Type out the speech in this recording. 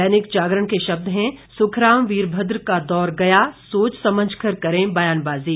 दैनिक जागरण के शब्द हैं सुखराम वीरभद्र का दौर गया सोच समझकर करें बयानबाजी